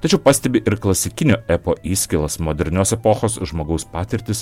tačiau pastebi ir klasikinio epo įskilas modernios epochos žmogaus patirtis